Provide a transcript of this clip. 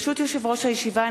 ברשות יושב-ראש הישיבה,